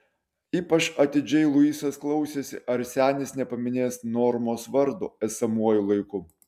ypač atidžiai luisas klausėsi ar senis nepaminės normos vardo esamuoju laiku